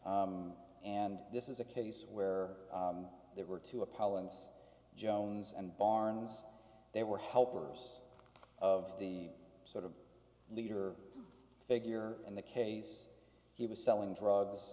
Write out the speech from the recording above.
and this is a case where there were two a palin's jones and barnes they were helpers of the sort of leader figure in the case he was selling